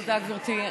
תודה, גברתי.